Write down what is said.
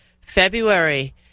February